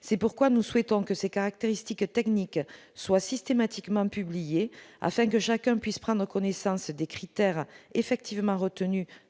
c'est pourquoi nous souhaitons que ces caractéristiques techniques soient systématiquement publiés afin que chacun puisse prendre connaissance des critères effectivement retenu